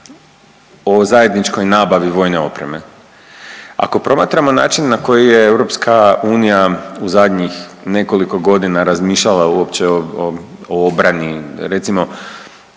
o zajedničkoj nabavi vojne opreme. Ako promatramo način na koji je EU u zadnjih nekoliko godina razmišljala uopće o, o, o obrani, recimo